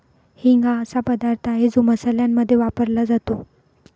हिंग हा असा पदार्थ आहे जो मसाल्यांमध्ये वापरला जातो